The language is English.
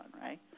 right